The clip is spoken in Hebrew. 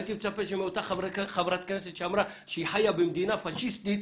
הייתי מצפה שאותה חברת כנסת שאמרה שהיא חיה במדינה פשיסטית,